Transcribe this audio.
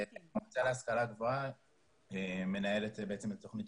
המועצה להשכלה גבוהה מנהלת את תוכניות